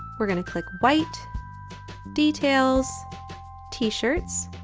we're going to click white details t-shirts,